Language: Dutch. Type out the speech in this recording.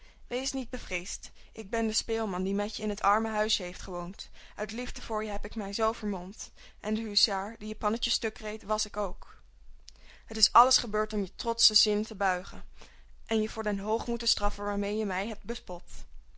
wees niet bevreesd ik ben de speelman die met je in het arme huisje heeft gewoond uit liefde voor je heb ik mij zoo vermomd en de huzaar die je pannetjes stuk reed was ik ook het is alles gebeurd om je trotschen zin te buigen en je voor den hoogmoed te straffen waarmee je mij hebt bespot